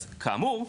אז כאמור,